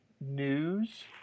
news